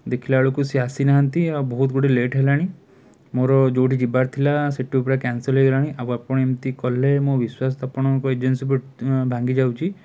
ଦେଖିଲାବେଳକୁ ସିଏ ଆସିନାହାଁନ୍ତି ଆଉ ବହୁତ ଗୁଡ଼ିଏ ଲେଟ୍ ହେଲାଣି ମୋର ଯେଉଁଠି ଯିବାର ଥିଲା ସେଠୁ ପୂରା କ୍ୟାନସେଲ୍ ହେଇଗଲାଣି ଆଉ ଆପଣ ଏମିତି କଲେ ମୋ ବିଶ୍ଵାସ ତ ଆପଣଙ୍କ ଏଜେନ୍ସି ଭାଙ୍ଗିଯାଉଛି